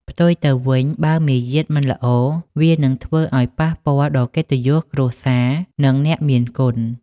ផ្ទុយទៅវិញ បើមារយាទមិនល្អ វានឹងធ្វើឱ្យប៉ះពាល់ដល់កិត្តិយសគ្រួសារ និងអ្នកមានគុណ។